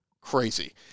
Crazy